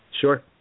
Sure